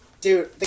Dude